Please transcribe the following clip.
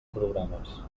programes